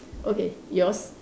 okay yours